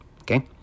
Okay